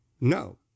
No